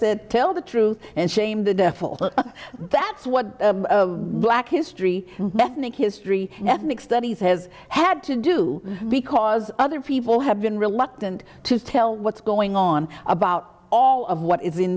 said tell the truth and shame the devil that's what black history lesson in history nick studies has had to do because other people have been reluctant to tell what's going on about all of what is in